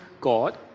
God